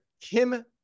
Kim